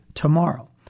tomorrow